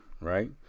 Right